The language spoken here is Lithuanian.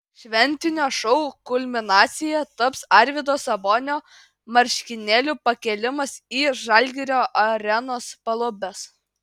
šventinio šou kulminacija taps arvydo sabonio marškinėlių pakėlimas į žalgirio arenos palubes